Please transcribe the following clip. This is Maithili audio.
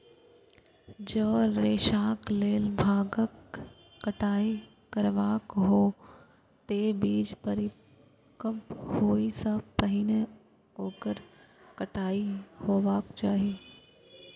जौं रेशाक लेल भांगक कटाइ करबाक हो, ते बीज परिपक्व होइ सं पहिने ओकर कटाइ हेबाक चाही